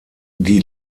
die